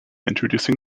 introducing